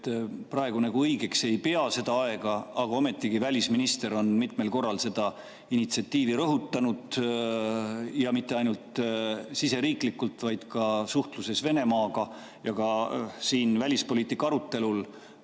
te ei pea õigeks seda aega, aga ometigi on välisminister mitmel korral seda initsiatiivi rõhutanud, ja mitte ainult siseriiklikult, vaid ka suhtluses Venemaaga. Ka välispoliitika arutelul